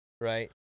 right